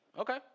Okay